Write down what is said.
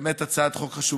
זו באמת הצעת חוק חשובה.